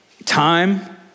Time